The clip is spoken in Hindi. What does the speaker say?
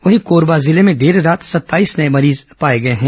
वहीं कोरबा जिले में देर रात सत्ताईस नए मरीज पाए गए हैं